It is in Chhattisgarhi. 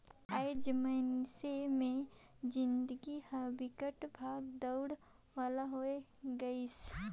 आएज मइनसे मे जिनगी हर बिकट भागा दउड़ी वाला होये गइसे